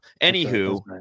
Anywho